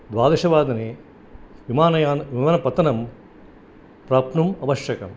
द्वादशवादने विमानयान विमानपत्तनं प्राप्तुम् आवश्यकम्